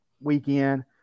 weekend